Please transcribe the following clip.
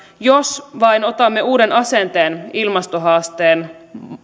jos vain otamme uuden asenteen ilmastohaasteen